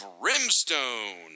Brimstone